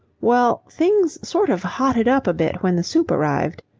well, things sort of hotted up a bit when the soup arrived.